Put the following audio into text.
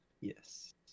yes